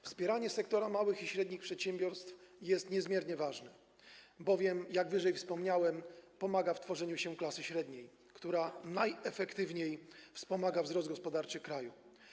Wspieranie sektora małych i średnich przedsiębiorstw jest niezmiernie ważne, bowiem, jak wyżej wspomniałem, pomaga w tworzeniu się klasy średniej, która najefektywniej wspomaga wzrost gospodarczy kraju.